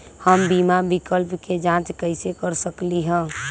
हम बीमा विकल्प के जाँच कैसे कर सकली ह?